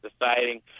deciding